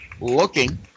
looking